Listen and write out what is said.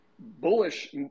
bullish